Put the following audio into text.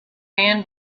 fan